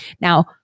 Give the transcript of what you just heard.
Now